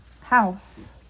house